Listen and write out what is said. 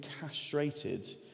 castrated